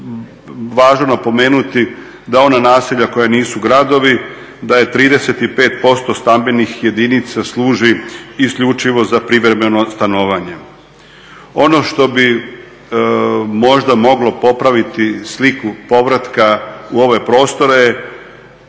važno napomenuti da ona naselja koja nisu gradovi da je 35% stambenih jedinica služi isključivo za privremeno stanovanje. Ono što bi možda moglo popraviti sliku povratka u ove prostore